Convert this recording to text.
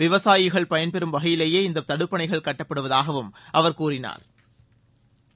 விவசாயிகள் பயன்பெறும் வகையிலேயே இந்தத் தடுப்பணைகள் கட்டப்படுவதாகவும் அவா் கூறினாா்